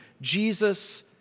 Jesus